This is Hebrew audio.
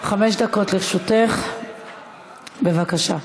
חמש דקות לרשותך, בבקשה.